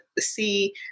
see